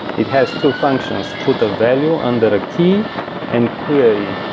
it has two functions put a value under a key and query.